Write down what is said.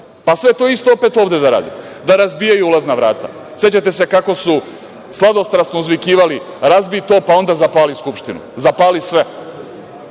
pa sve to isto opet ovde da rade, da razbijaju ulazna vrata. Sećate se kako su sladostrasno uzvikivali – razbi to, pa onda zapali Skupštinu, zapali sve.